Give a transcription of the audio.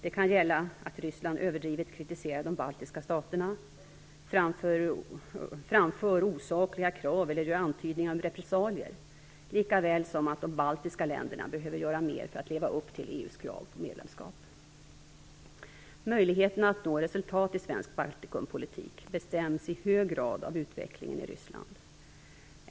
Det kan gälla att Ryssland överdrivet kritiserar de baltiska staterna, framför osakliga krav eller gör antydningar om repressalier, lika väl som att de baltiska länderna behöver göra mer för att leva upp till EU:s krav på medlemskap. Möjligheterna att nå resultat i svensk Baltikumpolitik bestäms i hög grad av utvecklingen i Ryssland.